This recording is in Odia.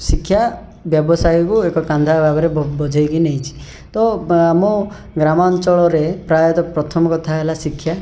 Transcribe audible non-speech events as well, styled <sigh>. ଶିକ୍ଷା ବ୍ୟବସାୟକୁ ଏକ <unintelligible> ଭାବରେ ବଜେଇକି ନେଇଛି ତ ଆମ ଗ୍ରାମାଞ୍ଚଳରେ ପ୍ରାୟତଃ ପ୍ରଥମ କଥାହେଲା ଶିକ୍ଷା